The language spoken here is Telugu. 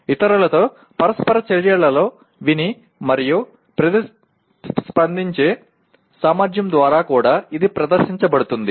ఇతరులతో పరస్పర చర్యలలో విని మరియు ప్రతిస్పందించే సామర్థ్యం ద్వారా కూడా ఇది ప్రదర్శించబడుతుంది